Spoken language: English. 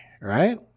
Right